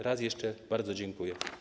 Raz jeszcze bardzo dziękuję.